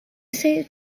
saint